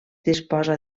disposa